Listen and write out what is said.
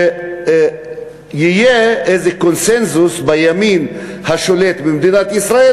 שיהיה איזה קונסנזוס בימין השולט במדינת ישראל,